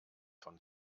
von